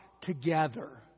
together